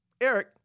Eric